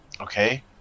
Okay